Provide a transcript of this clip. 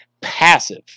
passive